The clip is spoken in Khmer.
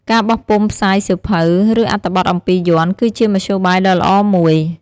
ការបោះពុម្ពផ្សាយសៀវភៅ ឬអត្ថបទអំពីយ័ន្ត គឺជាមធ្យោបាយដ៏ល្អមួយ។